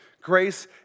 grace